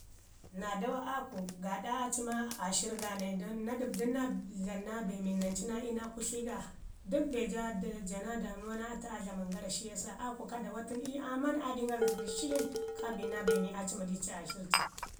Naa dawa aaku gaaɗa aa cima aashirr gaanai don naa ɗəbdun naa dlama naa be mii nancu naa kutli ga. Dək be jaa jaa naa damuwa naa atu aa dlaman gara, shi yasa aaku ka dawa tun ii aaman aa ɗin gara zəgər shirin kaa bi naa cima dii ci ashirr ci.